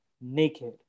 naked